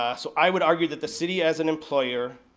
ah so i would argue that the city as an employer,